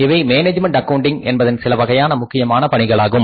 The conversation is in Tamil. இவை மேனேஜ்மெண்ட் ஆக்கவுண்டிங் என்பதன் சிலவகையான முக்கியமான பணிகளாகும்